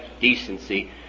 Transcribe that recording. decency